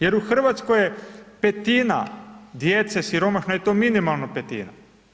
Jer u Hrvatskoj je petina djece siromašno eto minimalno petina.